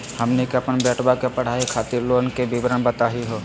हमनी के अपन बेटवा के पढाई खातीर लोन के विवरण बताही हो?